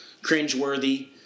cringeworthy